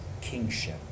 kingship